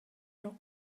жок